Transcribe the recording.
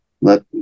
let